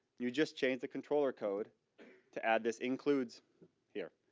you just change the controller code to add this includes here.